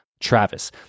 Travis